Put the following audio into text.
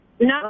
No